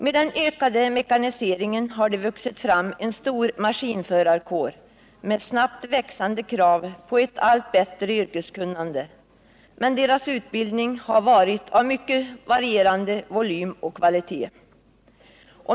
Med den ökade mekaniseringen har det vuxit fram en stor maskinförarkår, med snabbt växande krav på ett allt bättre yrkeskunnande, men utbildningen har varit av mycket varierande volym och kvalitet.